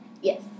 Yes